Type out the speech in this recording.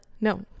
no